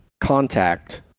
Contact